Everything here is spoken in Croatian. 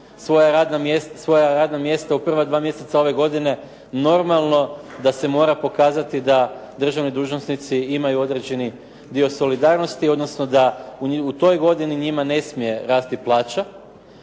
svoja radna mjesta u prva dva mjeseca ove godine normalno da se mora pokazati da državni dužnosnici imaju određeni dio solidarnosti odnosno da u toj godini njima ne smije rasti plaća